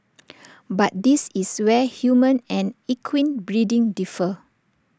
but this is where human and equine breeding differ